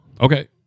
Okay